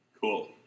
Cool